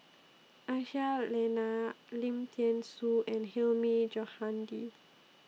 Aisyah Lyana Lim Thean Soo and Hilmi Johandi